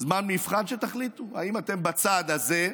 זמן מבחן שבו תחליטו אם אתם בצד הזה,